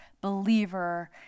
believer